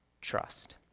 trust